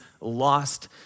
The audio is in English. lost